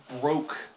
broke